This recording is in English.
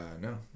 no